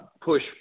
push